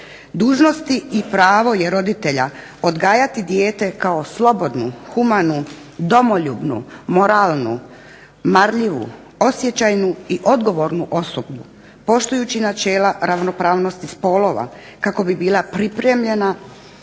Dužnosti i pravo je roditelja odgajati dijete kao slobodnu humanu, domoljubnu, moralnu, marljivu, osjećajnu i odgovornu osobu, poštujući načela ravnopravnosti spolova kako bi bila pripremljena